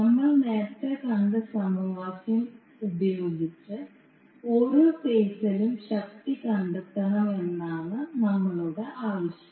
നമ്മൾ നേരത്തെ കണ്ട സമവാക്യം ഉപയോഗിച്ച് ഓരോ ഫേസിലും ശക്തി കണ്ടെത്തണമെന്നാണ് നമ്മളുടെ ആവശ്യം